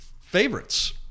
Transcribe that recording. favorites